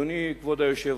אדוני כבוד היושב-ראש,